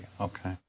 okay